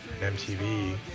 MTV